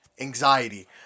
anxiety